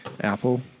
Apple